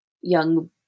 young